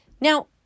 Now